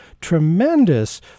tremendous